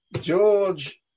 George